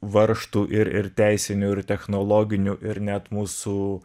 varžtų ir ir teisinių ir technologinių ir net mūsų